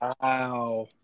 Wow